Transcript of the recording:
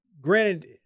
granted